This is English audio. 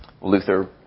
Luther